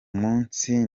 munsi